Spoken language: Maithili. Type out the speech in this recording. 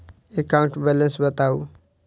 एकाउंट बैलेंस बताउ